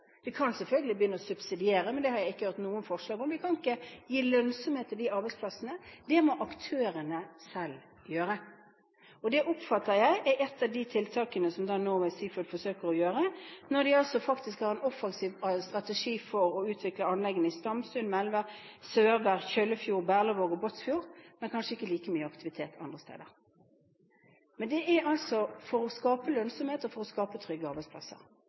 Vi kan selvfølgelig begynne å subsidiere, men det har jeg ikke hørt noen forslag om. Vi kan ikke gi lønnsomhet til disse arbeidsplassene; det må aktørene selv gjøre. Og det oppfatter jeg er et av tiltakene som Norway Seafoods forsøker, når de faktisk har en offensiv strategi for å utvikle anleggene i Stamsund, Melvær, Sørvær, Kjøllefjord, Berlevåg og Båtsfjord, men kanskje ikke like mye aktivitet andre steder. Men det er altså for å skape lønnsomhet og for å skape trygge arbeidsplasser.